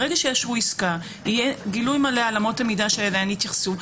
ברגע שיאשרו עסקה יהיה גילוי מלא על אמות המידה שאליהן התייחסו.